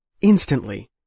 instantly